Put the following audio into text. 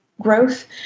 growth